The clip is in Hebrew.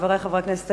חברי חברי הכנסת,